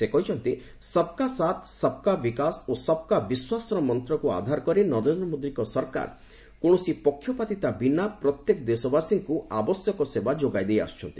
ସେ କହିଛନ୍ତି ସବ୍କା ସାଥ୍ ସବ୍କା ବିକାଶ ଓ ସବ୍କା ବିଶ୍ୱାସର ମନ୍ତ୍ରକୁ ଆଧାର କରି ନରେନ୍ଦ୍ର ମୋଦିଙ୍କ ସରକାର କୌଣସି ପକ୍ଷପାତିତା ବିନା ପ୍ରତ୍ୟେକ ଦେଶବାସୀଙ୍କୁ ଆବଶ୍ୟକ ସେବା ଯୋଗାଇଦେଇ ଆସୁଛନ୍ତି